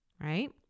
right